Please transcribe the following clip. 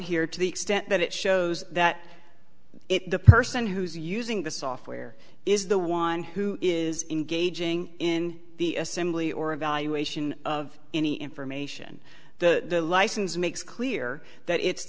here to the extent that it shows that it the person who's using the software is the one who is engaging in the assembly or evaluation of any information the license makes clear that it's